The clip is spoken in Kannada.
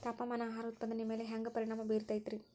ತಾಪಮಾನ ಆಹಾರ ಉತ್ಪಾದನೆಯ ಮ್ಯಾಲೆ ಹ್ಯಾಂಗ ಪರಿಣಾಮ ಬೇರುತೈತ ರೇ?